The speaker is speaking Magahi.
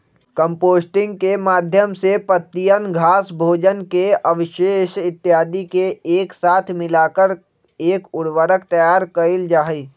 कंपोस्टिंग के माध्यम से पत्तियन, घास, भोजन के अवशेष इत्यादि के एक साथ मिलाकर एक उर्वरक तैयार कइल जाहई